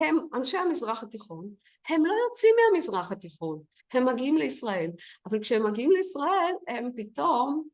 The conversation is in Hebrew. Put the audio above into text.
‫הם אנשי המזרח התיכון, ‫הם לא יוצאים מהמזרח התיכון, ‫הם מגיעים לישראל, ‫אבל כשהם מגיעים לישראל הם פתאום...